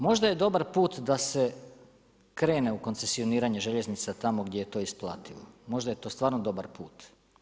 Možda je dobar put da se krene u koncesioniranje željeznica tamo gdje je to isplativo, možda je to stvarno dobar put.